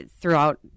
Throughout